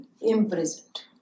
imprisoned